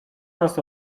nas